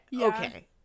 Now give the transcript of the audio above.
Okay